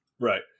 Right